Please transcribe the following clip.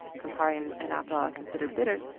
campari and and aperol are considered bitters.